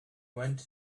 went